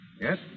Yes